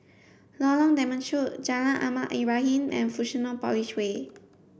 Lorong Temechut Jalan Ahmad Ibrahim and Fusionopolis Way